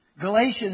Galatians